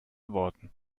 worten